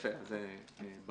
ודאי, זה ברור.